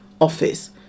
office